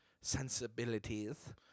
sensibilities